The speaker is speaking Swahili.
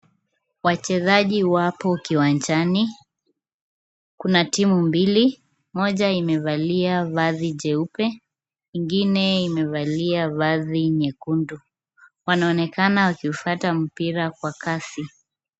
Wachezaji wapo kiwanjani. Kuna timu mbili, moja imevalia vazi jeupe, ingine imevalia vazi nyekundu. Wanaonekana wakifuata mpira kwa kasi.